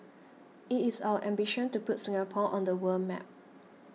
it is our ambition to put Singapore on the world map